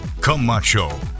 Camacho